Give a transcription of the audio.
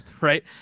right